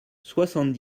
soixante